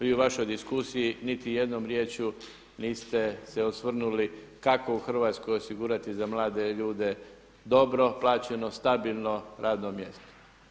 Vi u vašoj diskusiji niti jednom riječju niste se osvrnuli kako u Hrvatskoj osigurati za mlade ljude dobro plaćeno, stabilno radno mjesto.